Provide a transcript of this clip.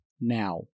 now